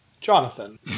Jonathan